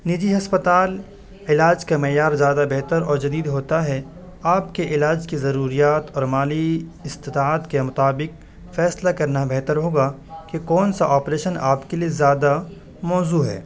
نجی ہسپتال علاج کا معیار زیادہ بہتر اور جدید ہوتا ہے آپ کے علاج کے ضروریات اور مالی استطاعت کے مطابق فیصلہ کرنا بہتر ہوگا کہ کون سا آپریشن آپ کے لیے زیادہ موزوں ہے